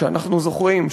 שאנחנו זוכרים,